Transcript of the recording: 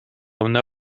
una